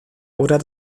oder